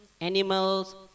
animals